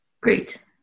Great